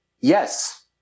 Yes